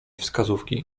wskazówki